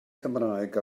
cymraeg